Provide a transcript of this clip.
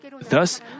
Thus